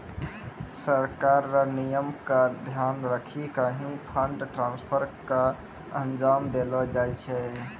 सरकार र नियम क ध्यान रखी क ही फंड ट्रांसफर क अंजाम देलो जाय छै